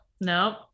Nope